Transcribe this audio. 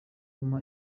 ampa